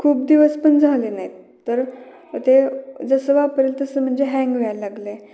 खूप दिवस पण झाले नाही तर ते जसं वापरलं तसं म्हणजे हँग व्हायला लागलं आहे